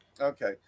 Okay